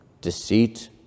deceit